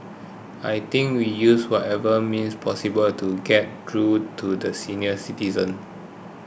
I think we use whatever means possible to get through to the senior citizens